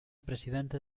presidente